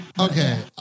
okay